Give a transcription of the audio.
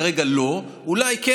כרגע לא אולי כן,